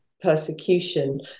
persecution